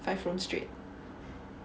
five room straight